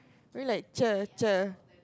very like Cher Cher